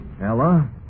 Ella